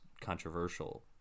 controversial